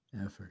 effort